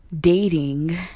Dating